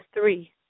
three